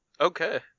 Okay